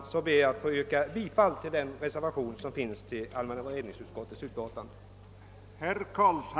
Jag ber att få yrka bifall till den reservation som fogats till allmänna beredningsutskottets utlåtannr 43.